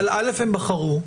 אבל הם בחרו.